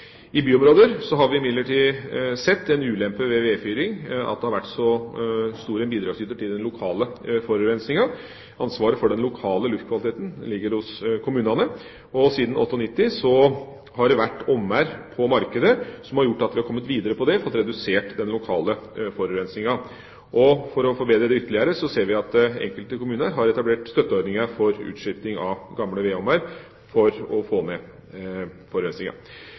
I byområder har vi imidlertid sett en ulempe ved vedfyring, at det har vært en stor bidragsyter til den lokale forurensninga. Ansvaret for den lokale luftkvaliteten ligger hos kommunene. Siden 1998 har det vært ovner på markedet som har gjort at vi har kommet videre med dette – fått redusert den lokale forurensninga. For å forbedre det ytterligere ser vi at enkelte kommuner har etablert støtteordninger for utskiftning av gamle vedovner for å få ned forurensninga.